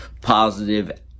positive